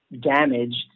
damaged